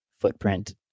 footprint